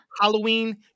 Halloween